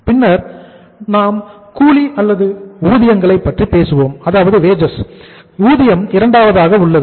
பின்னர் நாம் கூலி அல்லது ஊதியங்களை பற்றி பேசுகிறோம் ஊதியம் இரண்டாவதாக உள்ளது